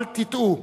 אל תטעו.